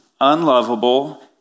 unlovable